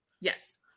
Yes